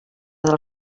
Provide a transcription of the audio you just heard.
del